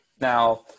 Now